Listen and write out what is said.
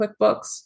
QuickBooks